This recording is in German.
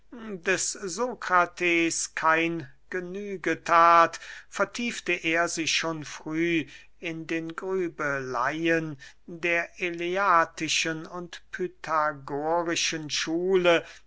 des sokrates kein genüge that vertiefte er sich schon früh in den grübeleyen der eleatischen und pythagorischen schule